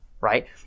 Right